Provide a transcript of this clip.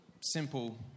simple